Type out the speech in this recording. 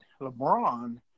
LeBron